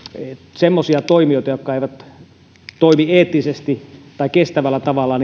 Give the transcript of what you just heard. semmoisia toimijoita toimimaan jotka eivät toimi eettisesti tai kestävällä tavalla